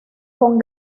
con